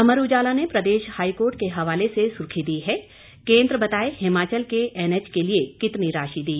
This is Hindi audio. अमर उजाला ने प्रदेश हाईकोर्ट के हवाले से सुर्खी दी है केंद्र बताए हिमाचल के एनएच के लिए कितनी राशि दी